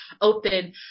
open